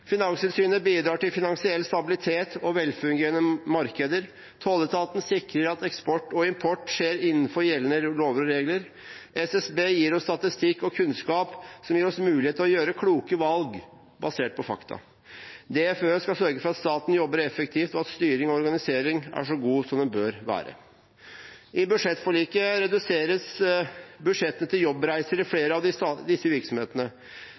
Finanstilsynet bidrar til finansiell stabilitet og velfungerende markeder. Tolletaten sikrer at eksport og import skjer innenfor gjeldende lover og regler. SSB gir oss statistikk og kunnskap som gir oss mulighet til å gjøre kloke valg basert på fakta. DFØ skal sørge for at staten jobber effektivt, og at styring og organisering er så god som den bør være. I budsjettforliket reduseres budsjettene til jobbreiser i flere av disse virksomhetene.